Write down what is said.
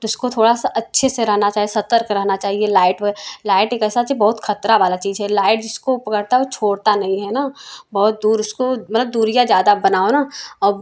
तो उसको थोड़ा सा अच्छे से रहना चाहिए सतर्क रहना चाहिए लाइट व लाइट एक ऐसा बहुत खतरा वाला चीज है लाइट जिसको पकड़ता है वो छोड़ता नहीं है ना बहुत दूर उसको मतलब दूरियाँ ज़्यादा बनाओ ना अब